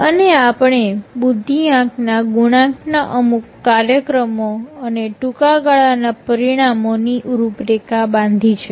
અને આપણે બુદ્ધિઆંક ના ગુણાંક ના અમુક કાર્યક્રમો અને ટૂંકા ગાળાના પરિણામોની રૂપરેખા બાંધી છે